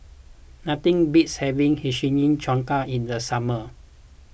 nothing beats having Hiyashi Chuka in the summer